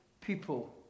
People